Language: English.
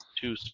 two